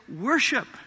worship